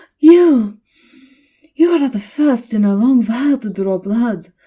you! you are the first in a long while to draw blood!